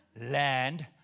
Land